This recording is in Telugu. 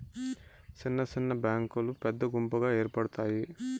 సిన్న సిన్న బ్యాంకులు పెద్ద గుంపుగా ఏర్పడుతాయి